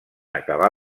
acabar